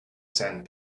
sand